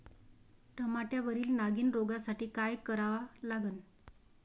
टमाट्यावरील नागीण रोगसाठी काय करा लागन?